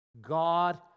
God